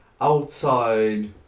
outside